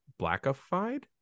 blackified